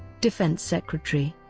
defence secretary